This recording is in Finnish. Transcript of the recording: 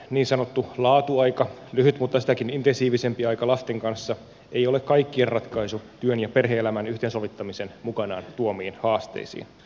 niin sanottu laatuaika lyhyt mutta sitäkin intensiivisempi aika lasten kanssa ei ole kaikkien ratkaisu työn ja perhe elämän yhteensovittamisen mukanaan tuomiin haasteisiin